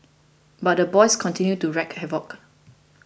but the boys continued to wreak havoc